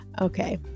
Okay